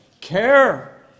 care